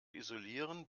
isolieren